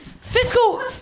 Fiscal